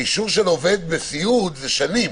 האישור של עובד בסיעוד זה שנים,